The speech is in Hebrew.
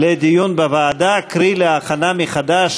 לדיון בוועדה, קרי, להכנה מחדש